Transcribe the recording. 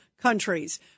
countries